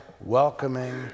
welcoming